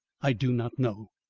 i do not know.